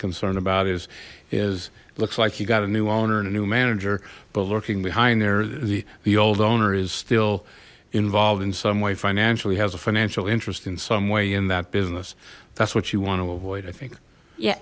concerned about is is looks like you got a new owner and a new manager but lurking behind there the the old owner is still involved in some way financially has a financial interest in some way in that business that's what you want to avoid i think yeah